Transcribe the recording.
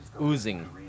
oozing